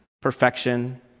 perfection